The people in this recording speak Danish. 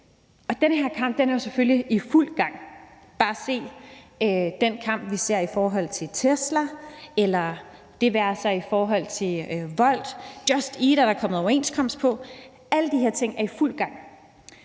Og denne her kamp er jo selvfølgelig i fuld gang. Bare se den kamp, vi ser i forhold Tesla eller Wolt. Just Eat er der kommet overenskomst på. Alle de her ting er i fuld gang.